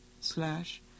slash